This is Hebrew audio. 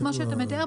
כמו שאתה מתאר,